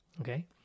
okay